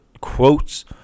quotes